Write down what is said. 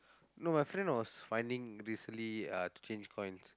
no my friend was finding uh to change coins